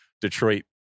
Detroit